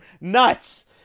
nuts